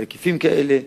והיקפים כאלה.